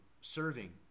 serving